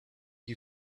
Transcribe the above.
you